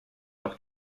doch